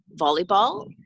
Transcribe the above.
volleyball